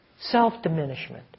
self-diminishment